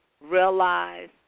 realize